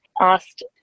asked